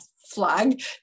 flag